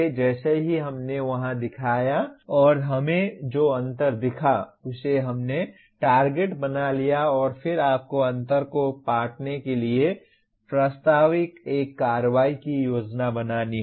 जैसे ही हमने वहां दिखाया और हमें जो अंतर दिखा उसे हमने टारगेट बना लिया और फिर आपको अंतर को पाटने के लिए प्रस्तावित एक कार्रवाई की योजना बनानी होगी